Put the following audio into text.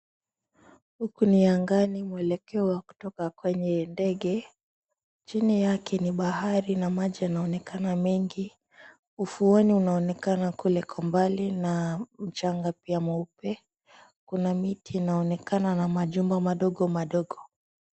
Huku ni angani mwelekeo wa kutoka kwenye ndege, chini yake ni bahari na maji yanaonekana mengi. Ufuoni unaonekana kule kwa mbali na mchanga pia mweupe. Kuna miti inaonekana na majumba madogo madogo.